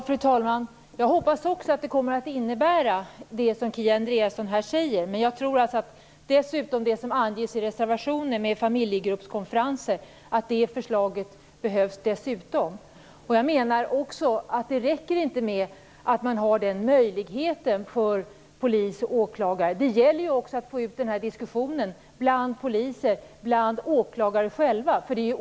Fru talman! Jag hoppas också att det kommer att innebära det som Kia Andreasson här säger. Dessutom behövs det familjegruppskonferenser enligt förslaget i reservationen. Det räcker inte med att man har den möjligheten för polis och åklagare. Det gäller också att föra ut diskussionen bland poliser och åklagare själva.